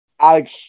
Alex